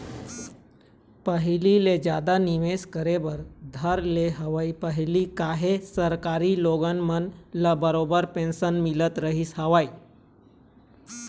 पहिली ले जादा निवेश करे बर धर ले हवय पहिली काहे सरकारी लोगन मन ल बरोबर पेंशन मिलत रहिस हवय